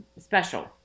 special